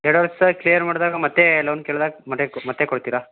ಎರಡು ವರ್ಷ ಕ್ಲಿಯರ್ ಮಾಡಿದಾಗ ಮತ್ತೆ ಲೋನ್ ಕೇಳ್ದಾಗ ಮತ್ತೆ ಕೊ ಮತ್ತೆ ಕೊಡ್ತೀರಾ